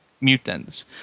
mutants